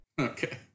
Okay